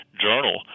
journal